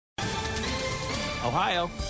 Ohio